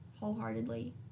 Wholeheartedly